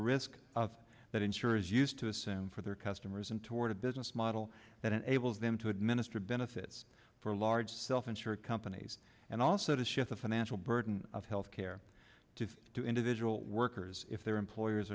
risk of that insurers used to assume for their customers and toward a business model that enables them to administer benefits for large self insured companies and also to shift the financial burden of health care to to individual workers if their employers